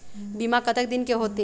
बीमा कतक दिन के होते?